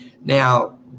Now